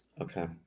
Okay